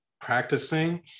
practicing